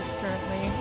currently